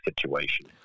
situation